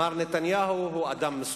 מר נתניהו הוא אדם מסוכן.